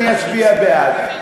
אני אצביע בעד.